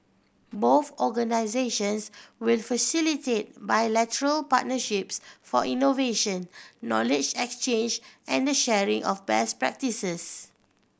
both organisations will facilitate bilateral partnerships for innovation knowledge exchange and the sharing of best practices